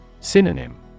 Synonym